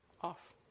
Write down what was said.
off